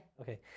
Okay